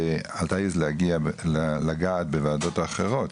ואל תעז לגעת בוועדות האחרות,